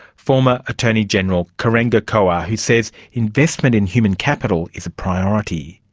former attorney general, kerengua kua, who says investment in human capital is a priority.